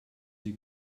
sie